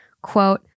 quote